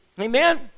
Amen